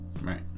right